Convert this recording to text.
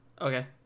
Okay